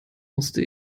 musste